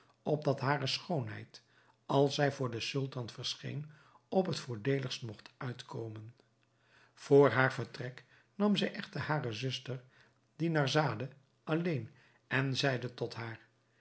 opdat hare schoonheid als zij voor den sultan verscheen op het voordeeligst mogt uitkomen vr haar vertrek nam zij echter hare zuster dinarzade alleen en zeide tot haar